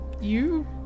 You-